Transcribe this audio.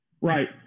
Right